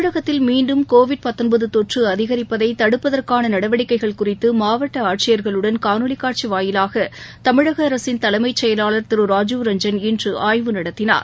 தமிழகத்தில் மீண்டும் கோவிட் தொற்று அதிகரிப்பதை தடுப்பதற்கான நடவடிக்கைகள் குறித்து மாவட்ட ஆட்சியர்களுடன் காணொலி காட்சி வாயிவாக தமிழக அரசின் தலைமைச்செயலாளர் திரு ராஜீவ் ரஞ்சன் இன்று ஆய்வு நடத்தினார்